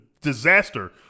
disaster